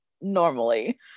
normally